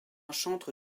chantre